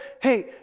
Hey